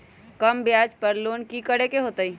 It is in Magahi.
कम ब्याज पर लोन की करे के होतई?